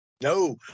No